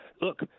look